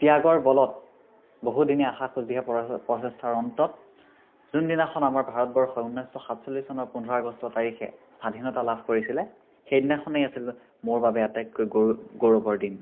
ত্যাগৰ বলত বহুদিনীয়া আশাসুধীয়া প্ৰচেষ্টাৰ অন্তত যোনদিনাখন আমাৰ ভাৰতবৰ্ষই ঊনৈছশ সাতচল্লিছ চনৰ পোন্ধৰ আগষ্ট তাৰিখে স্বাধীনতা লাভ কৰিছিলে সেইদিনাখনেই আছিল মোৰ বাবে আটাইতকৈ গৌৰৱৰ দিন